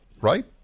Right